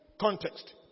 context